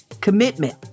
commitment